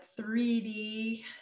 3d